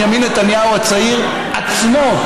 אם הבנתי כמו שאת הבנת, אז הוא אמר: